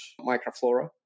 microflora